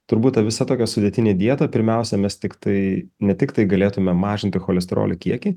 turbūt ta visa tokia sudėtinė dieta pirmiausia mes tiktai ne tiktai galėtume mažinti cholesterolio kiekį